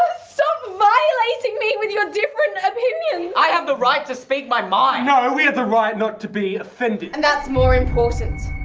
so violating me with your different opinion! i have the right to speak my mind! no, and we have the right not to be offended! and that's more important!